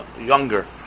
younger